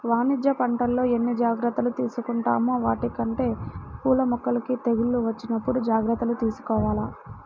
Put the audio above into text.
వాణిజ్య పంటల్లో ఎన్ని జాగర్తలు తీసుకుంటామో వాటికంటే పూల మొక్కలకి తెగుళ్ళు వచ్చినప్పుడు జాగర్తలు తీసుకోవాల